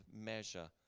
measure